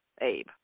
Abe